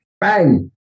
Bang